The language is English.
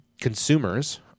consumers